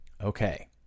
okay